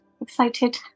excited